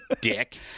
dick